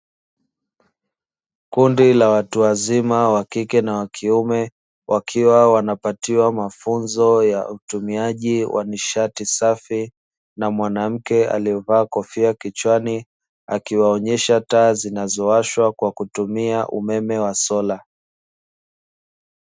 Kundi la watu wazima wa kike na wa kiume, wakiwa wanapatiwa mafunzo ya utumiaji wa nishati safi na mwanamke aliyevaa kofia kichwani, akiwaonyesha taa zinazowashwa kwa kutumia umeme wa sola.